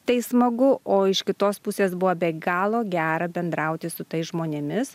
tai smagu o iš kitos pusės buvo be galo gera bendrauti su tais žmonėmis